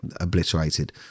obliterated